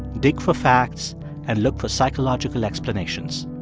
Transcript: dig for facts and look for psychological explanations.